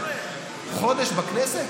נפש, עוגמת נפש רצינית.